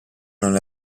non